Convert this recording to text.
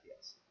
yes